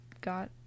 got